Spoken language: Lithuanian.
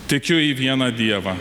tikiu į vieną dievą